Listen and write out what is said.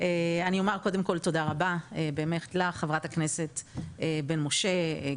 אני אומר קודם כל תודה רבה לך חברת הכנסת בן משה,